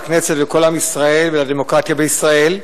לכנסת ולכל עם ישראל ולדמוקרטיה בישראל.